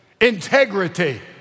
integrity